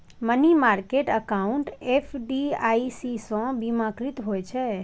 money market account FDIC सं बीमाकृत होइ छै